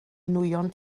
nwyon